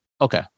Okay